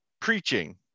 preaching